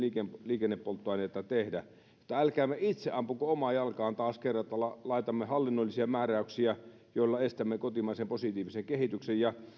liikennepolttoaineita tehdä mutta älkäämme itse ampuko omaan jalkaan taas kerran että laitamme hallinnollisia määräyksiä joilla estämme kotimaisen positiivisen kehityksen ja